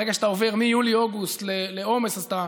מרגע שאתה עובר מיולי-אוגוסט לעומס אז אתה,